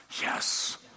yes